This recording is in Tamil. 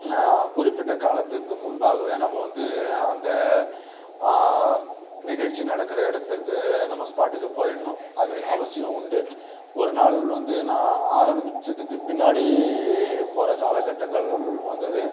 குறிப்பிட்ட காலத்துக்கு முன்பாகவே நம்ம வந்து அந்த நிகழ்ச்சி நடக்கிற இடத்துக்கு நம்ம ஸ்பாட்டுக்கு போயிடணும் அது அவசியம் உண்டு ஒரு நாள் வந்து நான் ஆரம்பிச்சதுக்கு பின்னாடி போகிற காலகட்டங்கள் வந்தது